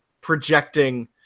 projecting